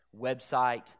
website